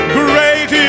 great